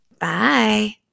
Bye